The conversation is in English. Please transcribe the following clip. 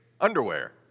underwear